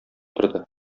торды